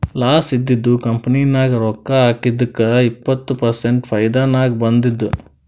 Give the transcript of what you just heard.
loss ಇದ್ದಿದು company ನಾಗ್ ರೊಕ್ಕಾ ಹಾಕಿದ್ದುಕ್ ಇಪ್ಪತ್ ಪರ್ಸೆಂಟ್ ಫೈದಾ ನಾಗ್ ಬಂದುದ್